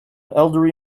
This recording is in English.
elderly